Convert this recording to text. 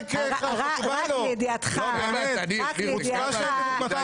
------ רק לידיעתך --- חוצפה שאין כדוגמתה,